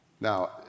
Now